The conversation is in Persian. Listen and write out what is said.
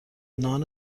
نان